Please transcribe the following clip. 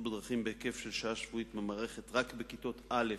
בדרכים בהיקף של שעה שבועית במערכת רק בכיתות א'